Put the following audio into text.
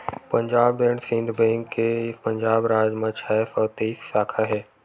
Punjab and Sindh bank के पंजाब राज म छै सौ तेइस साखा हे